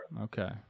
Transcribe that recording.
Okay